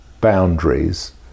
boundaries